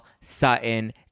Sutton